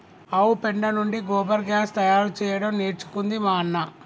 ఆవు పెండ నుండి గోబర్ గ్యాస్ తయారు చేయడం నేర్చుకుంది మా అన్న